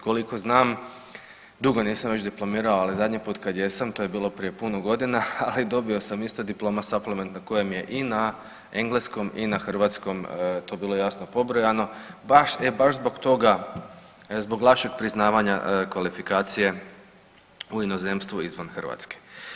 Koliko znam, dugo nisam već diplomirao, ali zadnjji put kad jesam to je bilo prije puno godina, ali dobio sam isto Diploma Supplement na kojem je i na engleskom i na hrvatskom to bilo jasno pobrojano, baš, e baš zbog toga, zbog lakšeg priznavanja kvalifikacije u inozemstvu, izvan Hrvatske.